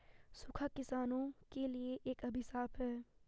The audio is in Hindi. सूखा किसानों के लिए एक अभिशाप है